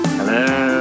Hello